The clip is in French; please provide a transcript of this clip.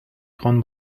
grande